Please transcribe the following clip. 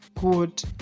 good